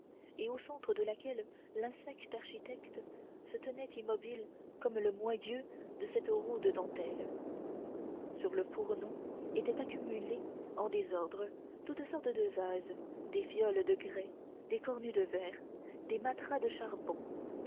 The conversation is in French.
et au centre de laquelle l'insecte architecte se tenait immobile comme le moyeu de cette roue de dentelle sur le fourneau étaient accumulés en désordre toutes sortes de vases des fioles de grès des cornues de verre des matras de charbon